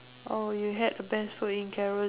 oh you had best food in carou~